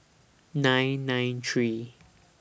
nine nine three